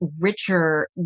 richer